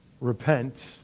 Repent